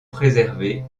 préservés